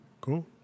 cool